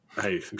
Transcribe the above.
Hey